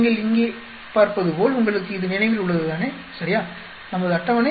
நீங்கள் இங்கே பார்ப்பதுபோல் உங்களுக்கு இது நினைவில்உள்ளதுதானே சரியா நமது அட்டவணை